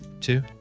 Two